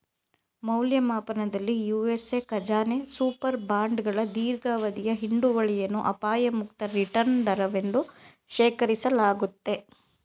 ಮೌಲ್ಯಮಾಪನದಲ್ಲಿ ಯು.ಎಸ್.ಎ ಖಜಾನೆ ಸೂಪರ್ ಬಾಂಡ್ಗಳ ದೀರ್ಘಾವಧಿಯ ಹಿಡುವಳಿಯನ್ನ ಅಪಾಯ ಮುಕ್ತ ರಿಟರ್ನ್ ದರವೆಂದು ಶೇಖರಿಸಲಾಗುತ್ತೆ